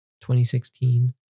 2016